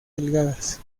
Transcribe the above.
delgadas